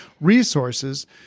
resources